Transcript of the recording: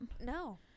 No